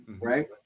right